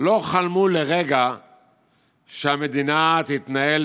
לא חלמו לרגע שהמדינה תתנהל